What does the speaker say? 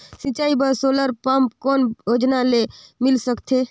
सिंचाई बर solar pump कौन योजना ले मिल सकथे?